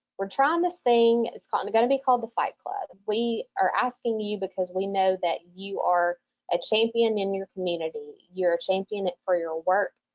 we're trying this thing. it's and gonna be called the fight club. we are asking you because we know that you are a champion in your community, you're a champion for your work.